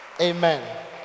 Amen